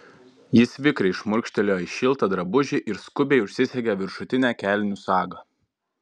jis vikriai šmurkštelėjo į šiltą drabužį ir skubiai užsisegė viršutinę kelnių sagą